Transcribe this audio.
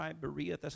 Berea